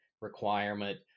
requirement